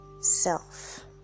self